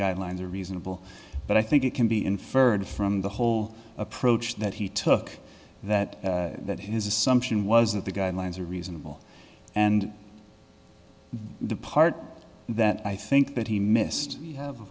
guidelines are reasonable but i think it can be inferred from the whole approach that he took that that his assumption was that the guidelines are reasonable and the part that i think that he missed you